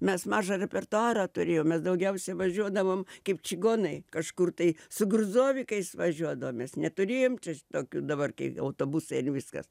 mes mažą repertuarą turėjom mes daugiausiai važiuodavom kaip čigonai kažkur tai su gruzovikais važiuodavom mes neturėjom čia tokių dabar kai autobusai viskas